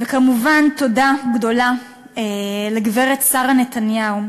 וכמובן תודה גדולה לגברת שרה נתניהו,